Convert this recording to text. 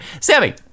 Sammy